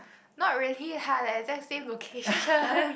not really hard the exact same location